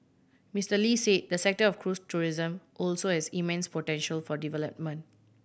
Mister Lee said the sector of cruise tourism also has immense potential for development